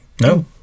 no